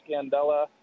Scandella